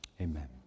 amen